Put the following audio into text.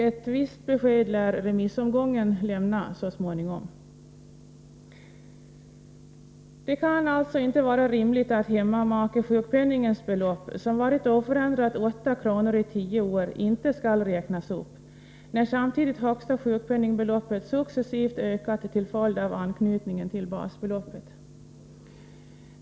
Ett visst besked lär remissomgången lämna så småningom. Det kan alltså inte vara rimligt att hemmamakesjukpenningens belopp, som varit oförändrat 8 kr. i tio år, inte skall räknas upp när samtidigt högsta sjukpenningbeloppet successivt ökat till följd av anknytningen till basbeloppet.